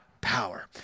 power